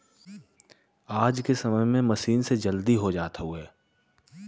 आज के समय में मसीन से जल्दी हो जात हउवे